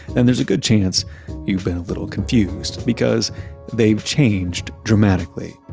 and there's a good chance you've been a little confused because they've changed dramatically.